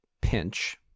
Pinch